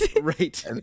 right